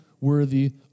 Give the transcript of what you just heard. worthy